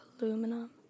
Aluminum